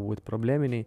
būti probleminiai